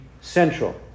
central